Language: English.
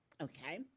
Okay